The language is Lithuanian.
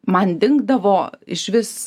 man dingdavo išvis